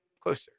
closer